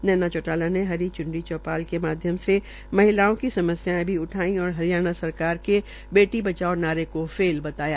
नैना चौटाला ने हरी च्नरी चौपाल के माध्यम से महिलाओं की समस्यायें भी उठाई और हरियाणा सरकार के बेटी बचाओ नारे को फेल बताया